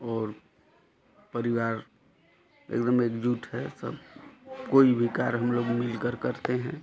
और परिवार एक दम एकजुट है सब कोई भी कार्य हम लोग मिलकर करते हैं